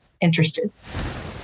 interested